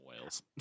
whales